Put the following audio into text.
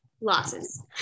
losses